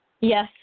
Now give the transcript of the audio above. Yes